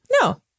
No